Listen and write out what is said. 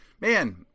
man